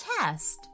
test